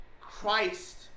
Christ